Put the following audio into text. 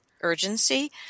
urgency